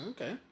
Okay